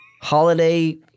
holiday